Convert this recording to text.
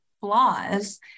flaws